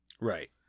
right